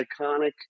iconic